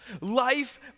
Life